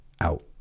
Out